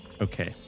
Okay